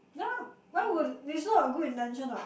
ya why would it's not a good intention [what]